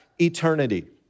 eternity